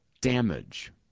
damage